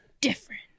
different